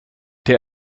der